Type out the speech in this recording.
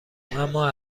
اما